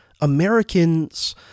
Americans